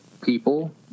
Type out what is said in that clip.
people